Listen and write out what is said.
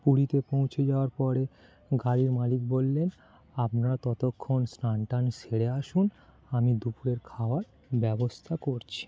পুরীতে পৌঁছে যাওয়ার পরে গাড়ির মালিক বললেন আপনারা ততক্ষণ স্নান টান সেরে আসুন আমি দুপুরের খাওয়ার ব্যবস্থা করছি